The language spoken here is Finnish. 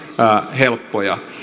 helppoja